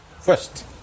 First